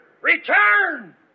Return